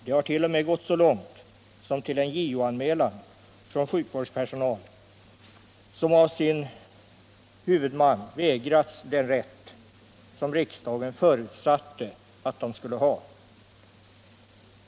Det har i stället gått så långt som till en JO-anmälan från sjukvårdspersonal, som av sin huvudman vägrats den rätt som riksdagen förutsatte att de skulle ha.